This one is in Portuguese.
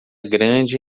grande